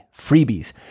freebies